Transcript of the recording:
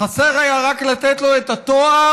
חסר היה רק לתת לו את התואר,